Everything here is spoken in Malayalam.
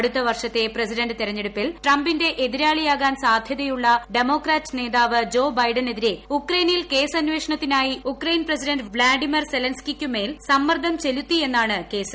അടുത്ത വർഷത്തെ പ്രസിഡന്റ് തെരഞ്ഞെടുപ്പിൽ ട്രംപിന്റെ എതിരാളിയാകാൻ സാധ്യതയുള്ള ഡമോക്രാറ്റ് നേതാവ് ജോ ബൈഡനെതിരെ ഉക്രയനിൽ കേസന്വേഷണത്തിനായി ഉക്രയിൻ പ്രസിഡന്റ് വ്ളാഡിമിർ സെല്ലൻസ്കിക്കുമേൽ സമ്മർദ്ദം ചെലുത്തിയെന്നാണ് കേസ്